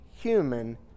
human